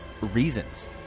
reasons